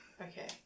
okay